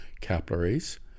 capillaries